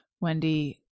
Wendy